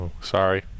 Sorry